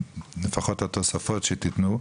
לפחות התוספות שתיתנו,